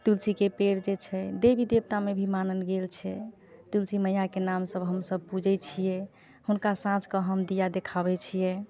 तुलसी के पेड़ जे छै देवी देबता मे भी मानल गेल छै तुलसी मइया के नाम सँ हमसभ पूजै छियै हुनका साँझ कऽ हम दिया देखाबै छियै